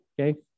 Okay